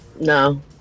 no